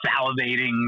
salivating